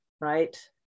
right